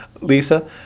Lisa